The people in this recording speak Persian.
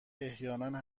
احیانا